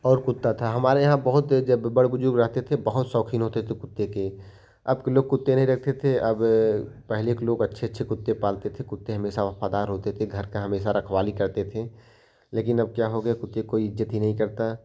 और कुत्ता था हमारे यहाँ बहुत जब बड़े बुज़ुर्ग रहते थे बहुत शौक़ीन होते थे कुत्ते के अब के लोग कुत्ते नहीं रखते थे अब पहले के लोग अच्छे अच्छे कुत्ते पालते थे कुत्ते हमेशा वफादार होते थे घर का हमेशा रखवाली करते थे लेकिन अब क्या हो गया कुतिया को कोई इज्ज़त ही नहीं करता